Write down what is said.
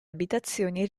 abitazioni